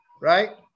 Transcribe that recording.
right